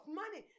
money